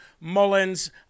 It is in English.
Mullins